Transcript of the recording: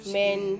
men